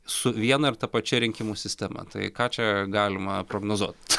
su viena ir ta pačia rinkimų sistema tai ką čia galima prognozuot